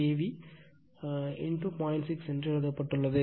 6 என்று எழுதப்பட்டுள்ளது